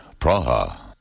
Praha